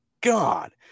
God